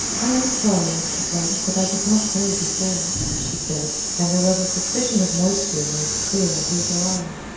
i am sorry, mr. blood, that i did not know before, she said, and there was a suspicion of moisture in those clear hazel eyes.